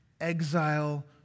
exile